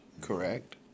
Correct